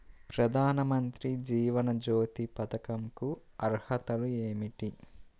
ప్రధాన మంత్రి జీవన జ్యోతి పథకంకు అర్హతలు ఏమిటి?